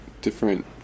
different